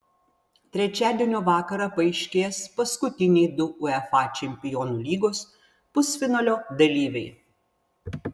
trečiadienio vakarą paaiškės paskutiniai du uefa čempionų lygos pusfinalio dalyviai